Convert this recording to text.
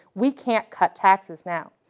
we can't cut taxes now,